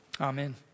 Amen